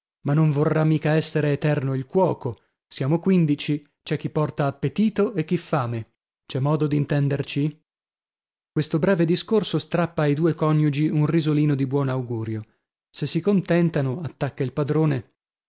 ma non vorrà mica essere eterno il cuoco siamo quindici c'è chi porta appetito e chi fame c'è modo d'intenderci questo breve discorso strappa ai due coniugi un risolino di buon augurio se si contentano attacca il padrone